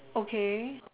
okay